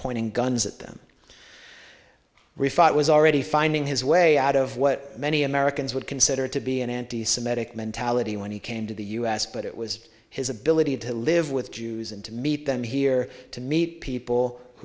pointing guns at them it was already finding his way out of what many americans would consider to be an anti semitic mentality when he came to the us but it was his ability to live with jews and to meet them here to meet people